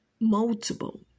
Multiple